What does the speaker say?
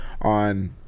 on